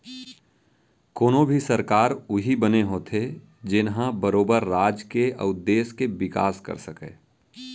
कोनो भी सरकार उही बने होथे जेनहा बरोबर राज के अउ देस के बिकास कर सकय